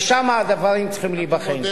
ושם הדברים צריכים להיבחן.